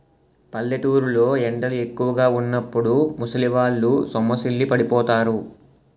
పల్లెటూరు లో ఎండలు ఎక్కువుగా వున్నప్పుడు ముసలివాళ్ళు సొమ్మసిల్లి పడిపోతారు